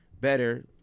better